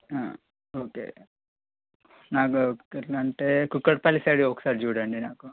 okay నాకు ఎక్కడ అంటే కూకట్పల్లి సైడ్ ఒకసారి చూడండి నాకు